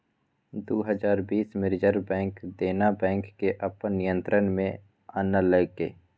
दु हजार बीस मे रिजर्ब बैंक देना बैंक केँ अपन नियंत्रण मे आनलकै